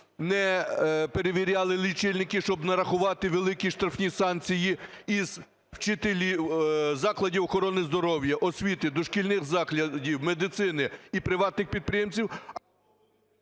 не перевіряли лічильники, щоб нарахувати великі штрафні санкції із закладів охорони здоров'я, освіти, дошкільних закладів, медицини і приватних підприємців…